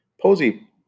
Posey